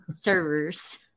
servers